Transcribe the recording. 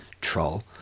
Troll